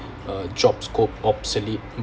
uh job scope obsolete